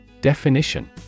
Definition